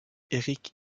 eric